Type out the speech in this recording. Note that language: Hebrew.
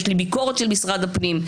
יש לי ביקורת של משרד הפנים,